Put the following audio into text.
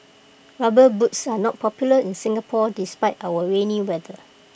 rubber boots are not popular in Singapore despite our rainy weather